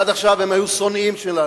ועד עכשיו הם היו שונאים שלנו,